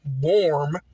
warm